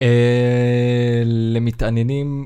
אלה מתעניינים.